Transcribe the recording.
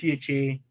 PHA